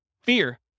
Fear